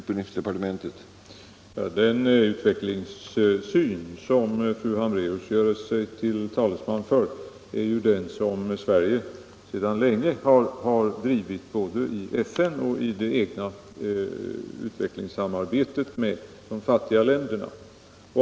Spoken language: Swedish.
Herr talman! Den utvecklingssyn som fru Hambraeus gör sig till talesman för är ju den som Sverige sedan länge har drivit både i FN och i det egna utvecklingssamarbetet med de fattiga länderna.